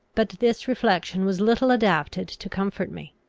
but this reflection was little adapted to comfort me.